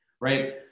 right